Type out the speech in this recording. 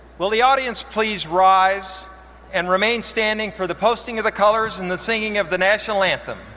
will the audience please rise and remain standing for the posting of the colors and the singing of the national anthem,